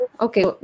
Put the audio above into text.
okay